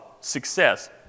success